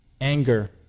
anger